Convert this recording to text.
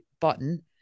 button